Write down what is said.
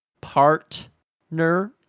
partner